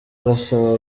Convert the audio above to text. arasaba